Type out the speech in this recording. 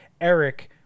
Eric